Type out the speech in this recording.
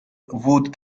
wood